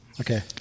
Okay